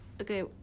Okay